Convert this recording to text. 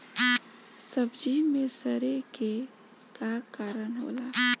सब्जी में सड़े के का कारण होला?